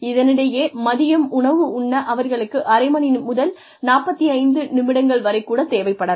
இதனிடையே மதியம் உணவு உண்ண அவர்களுக்கு அரை மணி முதல் 45 நிமிடங்கள் வரை கூட தேவைப்படலாம்